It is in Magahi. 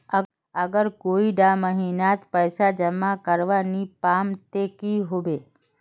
अगर कोई डा महीनात पैसा जमा करवा नी पाम ते की होबे?